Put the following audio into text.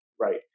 Right